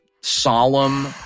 solemn